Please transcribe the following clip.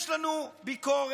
יש לנו ביקורת,